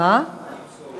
אני אמסור לו.